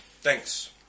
Thanks